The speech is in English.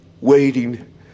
Waiting